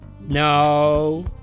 No